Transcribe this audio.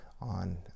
on